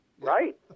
Right